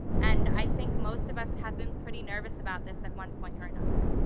and i think most of us have been pretty nervous about this at one point or another.